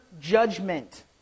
judgment